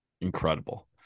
Incredible